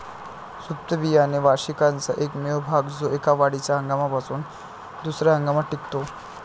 सुप्त बियाणे वार्षिकाचा एकमेव भाग जो एका वाढीच्या हंगामापासून दुसर्या हंगामात टिकतो